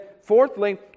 fourthly